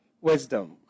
wisdom